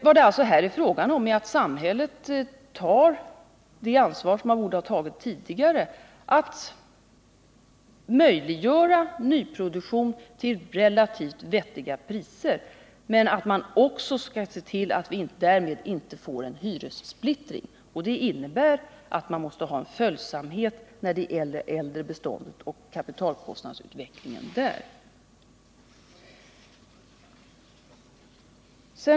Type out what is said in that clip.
Vad det alltså här är fråga om är att samhället tar det ansvar man borde tagit tidigare, nämligen att möjliggöra nyproduktion till relativt vettiga kostnader men att samtidigt se till att vi därmed inte får en hyressplittring. Det innebär att man måste visa följsamhet när det gäller kapitalkostnadsutvecklingen för det äldre beståndet.